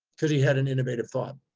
because he had an innovative thought.